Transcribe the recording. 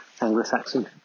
Anglo-Saxon